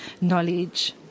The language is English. knowledge